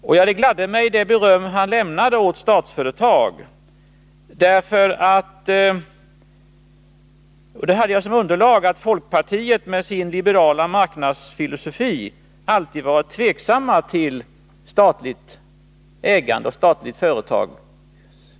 Och det beröm han gav Statsföretag gladde mig. Folkpartiet har med sin liberala marknadsfilosofi alltid varit tveksamt till statligt ägande och statligt företagande.